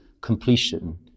completion